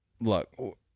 Look